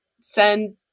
send